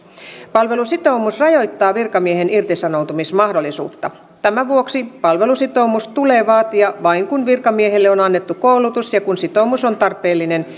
palvelusitoumus rajoittaa virkamiehen irtisanoutumismahdollisuutta tämän vuoksi palvelusitoumus tulee vaatia vain kun virkamiehelle on annettu koulutus ja kun sitoumus on tarpeellinen